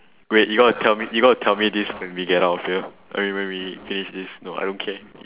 wait you gotta tell me you gotta tell me this when we get out of here okay when we finish this no I don't care